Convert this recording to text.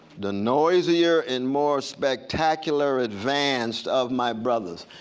the noisier and more spectacular advance of my brothers.